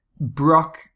Brock